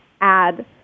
add